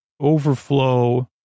Overflow